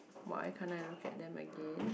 why can't I look at them again